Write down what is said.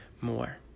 more